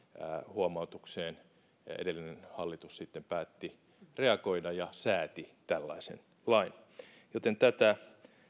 huomautukseen edellinen hallitus sitten päätti reagoida ja sääti tällaisen lain joten tätä